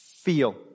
Feel